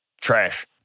trash